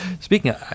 Speaking